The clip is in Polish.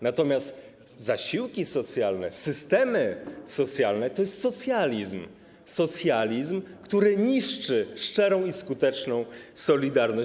Natomiast zasiłki socjalne, systemy socjalne to jest socjalizm, socjalizm, który niszczy szczerą i skuteczną solidarność.